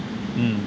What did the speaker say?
mmhmm